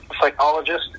psychologist